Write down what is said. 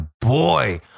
boy